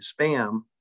spam